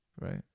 right